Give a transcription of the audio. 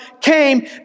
came